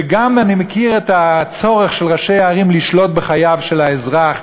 ואני גם מכיר את הצורך של ראשי הערים לשלוט בחייו של האזרח,